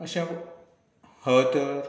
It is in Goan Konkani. अशें हय तर